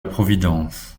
providence